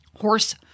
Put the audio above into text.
Horse